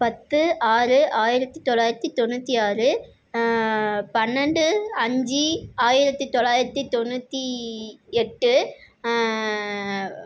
பத்து ஆறு ஆயிரத்தி தொள்ளாயிரத்தி தொண்ணூற்றி ஆறு பன்னெண்டு அஞ்சு ஆயிரத்தி தொள்ளாயிரத்தி தொண்ணூற்றி எட்டு